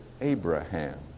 Abraham